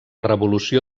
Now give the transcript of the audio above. revolució